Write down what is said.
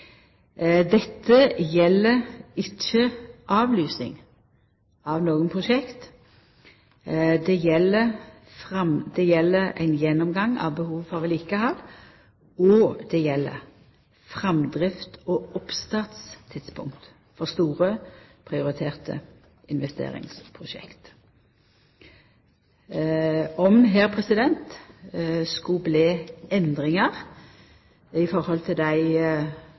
Dette gjeld ikkje avlysing av nokre prosjekt. Det gjeld ein gjennomgang av behovet for vedlikehald, og det gjeld framdrift og oppstartstidspunkt for store prioriterte investeringsprosjekt. Om det skulle bli endringar i forhold til dei